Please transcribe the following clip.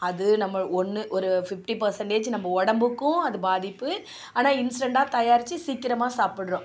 அது நம்ம ஒன்று ஒரு ஃபிஃப்ட்டி பர்சன்டேஜ் நம்ம உடம்புக்கும் அது பாதிப்பு ஆனால் இன்ஸ்டன்ட்டாக தயாரித்து சீக்கிரமா சாப்பிடுறோம்